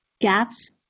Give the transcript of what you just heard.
gaps